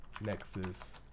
Nexus